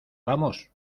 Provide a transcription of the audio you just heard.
vamos